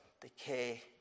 decay